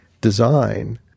design